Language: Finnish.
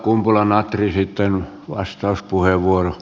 sekin jo vähän ylittyi